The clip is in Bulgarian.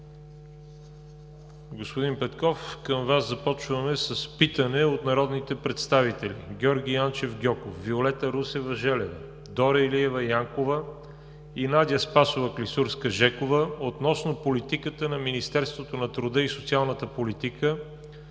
Господин Петков, към Вас започваме с питане от народните представители Георги Йончев Гьоков, Виолета Русева Желева, Дора Илиева Янкова и Надя Спасова Клисурска-Жекова относно политиката на Министерството на труда и социалната политика,